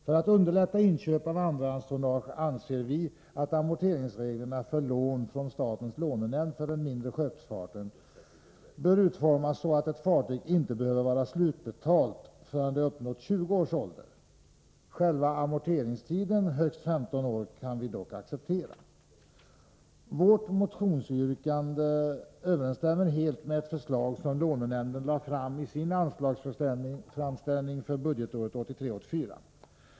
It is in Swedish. För att underlätta inköp av andrahandstonnage anser vi att amorteringsreglerna för lån från statens lånenämnd för den mindre skeppsfarten bör utformas så att ett fartyg inte behöver vara slutbetalt förrän det uppnått 20 års ålder. Själva amorteringstiden — högst 15 år — kan vi dock acceptera. Vårt motionsyrkande överensstämmer helt med ett förslag som lånenämnden lade fram i sin anslagsframställning för budgetåret 1983/84.